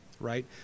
Right